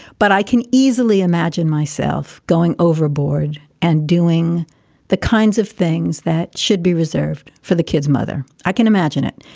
but i can easily imagine myself going overboard and doing the kinds of things that should be reserved for the kid's mother. i can imagine it.